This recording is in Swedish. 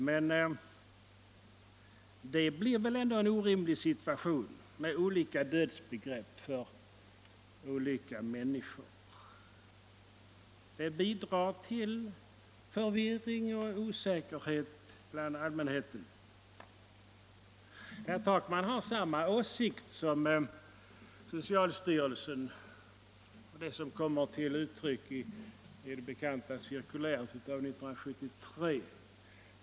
Men det blir väl ändå en orimlig situation att ha olika dödsbegrepp för olika människor. Det bidrar till förvirring och osäkerhet hos allmänheten. Herr Takman har samma åsikt som kommer till uttryck i socialstyrelsens bekanta cirkulär av år 1973.